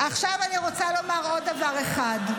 עכשיו, אני רוצה לומר עוד דבר אחד.